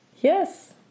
Yes